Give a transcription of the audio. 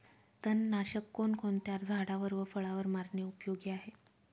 तणनाशक कोणकोणत्या झाडावर व फळावर मारणे उपयोगी आहे?